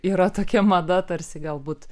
yra tokia mada tarsi galbūt